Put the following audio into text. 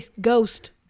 ghost